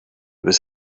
was